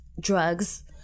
drugs